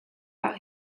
out